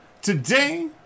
Today